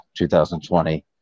2020